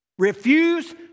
Refuse